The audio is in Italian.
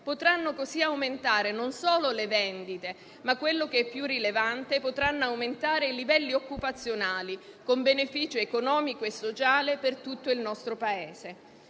potranno così aumentare non solo le vendite, ma - quello che è più rilevante - anche i livelli occupazionali con beneficio economico e sociale per tutto il nostro Paese.